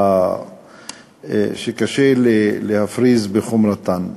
שקשה להפריז בחומרתם,